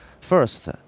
First